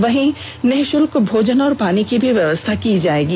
यहां निरूशल्क भोजन और पानी की व्यवस्था की जाएगी